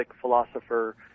philosopher